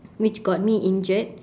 which got me injured